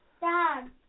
Dad